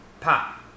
pop